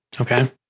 Okay